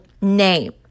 name